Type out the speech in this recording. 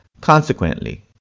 Consequently